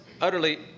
utterly